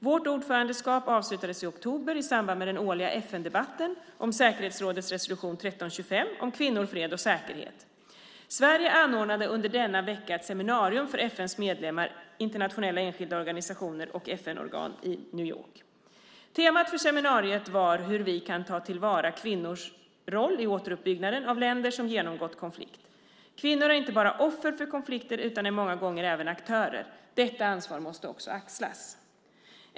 Vårt ordförandeskap avslutades i oktober i samband med den årliga FN-debatten om säkerhetsrådets resolution 1325 om kvinnor, fred och säkerhet. Sverige anordnade under denna vecka ett seminarium för FN:s medlemmar, internationella enskilda organisationer och FN-organ i New York. Temat för seminariet var hur vi kan ta till vara kvinnors roll i återuppbygganden av länder som genomgått konflikt. Kvinnor är inte bara offer för konflikter utan många gånger även aktörer. Detta ansvar måste också axlas.